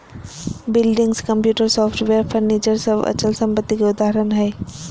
buildings, computer, software, furniture सब अचल संपत्ति के उदाहरण हय